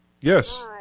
Yes